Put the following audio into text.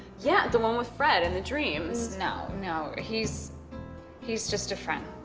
yeah, the one with fred and the dreams. no, no, he's he's just a friend.